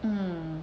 mm